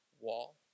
wall